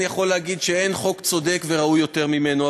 אני יכול להגיד שאין חוק צודק וראוי יותר ממנו.